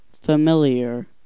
familiar